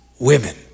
women